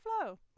flow